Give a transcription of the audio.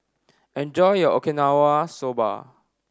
enjoy your Okinawa Soba